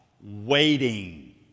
waiting